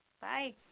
Bye